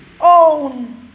own